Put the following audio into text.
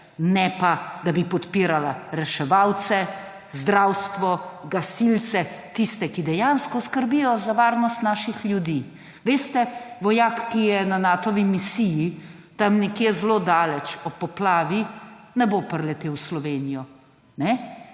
ne pa da bi podpirala reševalce, zdravstvo, gasilce, tiste, ki dejansko skrbijo za varnost naših ljudi. Veste, vojak, ki je na Natovi misiji tam nekje zelo daleč, ob poplavi ne bo priletel v Slovenijo,